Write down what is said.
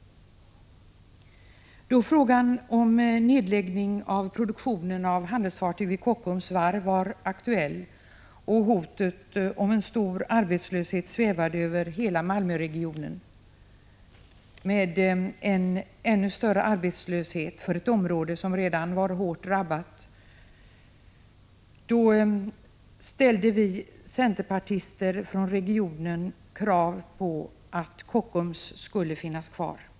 Då frågan om nedläggning av produktionen av handelsfartyg vid Kockums varv var aktuell och hotet om en stor arbetslöshet svävade över hela Malmöregionen, en ännu större arbetslöshet för ett område som redan var hårt drabbat, ställde vi centerpartister från regionen krav på att Kockums skulle få finnas kvar.